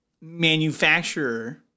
manufacturer